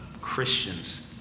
Christians